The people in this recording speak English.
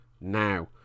now